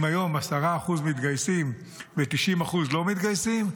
אם היום 10% מתגייסים ו-90% לא מתגייסים,